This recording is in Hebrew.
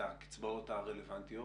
הקצבאות הרלוונטיות.